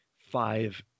five